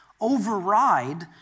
override